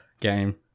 game